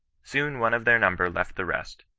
soon one of their number left the rest,